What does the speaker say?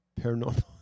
Paranormal